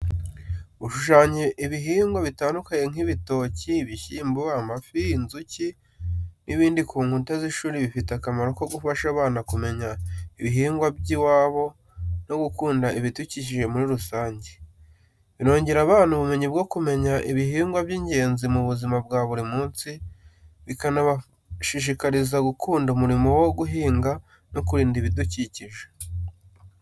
Gushushanya ibihingwa bitandukanye nk'ibitoki, ibishyimbo, amafi, inzuki n'ibindi ku nkuta z’ishuri bifite akamaro ko gufasha abana kumenya ibihingwa by’iwabo no gukunda ibidukikije muri rusange. Binongera abana ubumenyi bwo kumenya ibihingwa by’ingenzi mu buzima bwa buri munsi, bikanabashishikariza gukunda umurimo wo guhinga no kurinda ibidukikije.